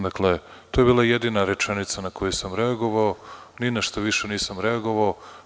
Dakle, to je bila jedina rečenica na koju sam reagovao, ni na šta više nisam reagovao.